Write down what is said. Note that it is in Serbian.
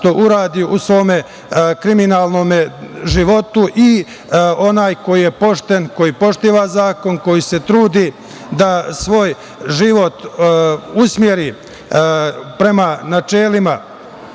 što uradi u svom kriminalnom životom i onaj ko poštuje zakon, koji se trudi da svoj život usmeri prema načelima